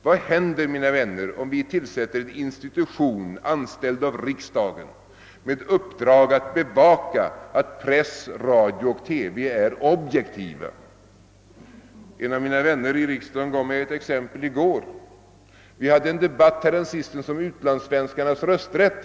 Vad händer, mina vänner, om vi tillsätter en institution, anställd av riksdagen, med uppdrag att bevaka att press, radio och TV är objektiva? En av mina vänner i riksdagen gav mig ett exempel i går. Vi hade en debatt häromsistens i denna kammare om utlandssvenskarnas rösträtt.